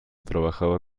trabajaba